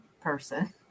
person